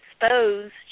exposed